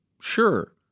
Sure